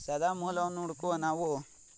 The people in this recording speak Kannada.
ಸದಾ ಮೂಲವನ್ನು ಹುಡ್ಕುವ ನಾವು